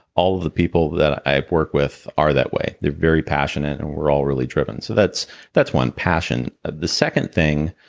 all of the people that i work with are that way. they're very passionate, and we're all really driven. so that's that's one. passion the second thing,